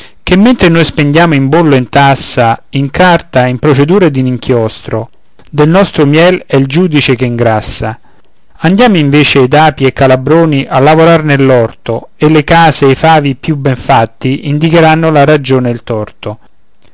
ché mentre noi spendiamo in bollo e in tassa in carta in procedura ed in inchiostro del nostro miel è il giudice che ingrassa andiam invece ed api e calabroni a lavorar nell'orto e le case ed i favi più ben fatti indicheranno la ragione e il torto